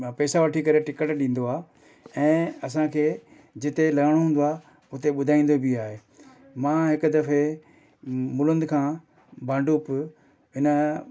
पैसा वठी करे टिकट ॾींदो आहे ऐं असांखे जिते लहिणो हूंदो आहे उते ॿुधाईंदो बि आहे मां हिकु दफ़े मुलुंद खां भांडुप हिन